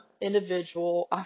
individual